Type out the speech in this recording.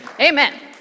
Amen